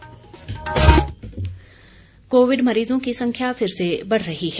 Covid संदेश Covid मरीजों की संख्या फिर से बढ़ रही है